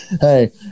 Hey